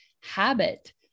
habit